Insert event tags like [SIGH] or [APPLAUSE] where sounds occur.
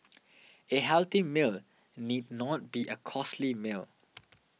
[NOISE] a healthy meal need not be a costly meal